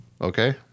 okay